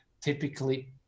typically